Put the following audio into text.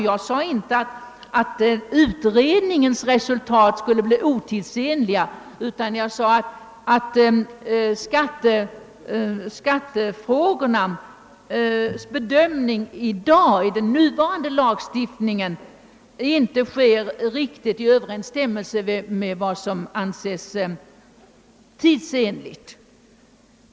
Jag sade inte att utredningens resultat skulle bli otidsenliga, utan menade att bedömningen av skattefrågorna enligt den nuvarande lagstiftningen inte sker riktigt i överensstämmelse med vad som anses tidsenligt.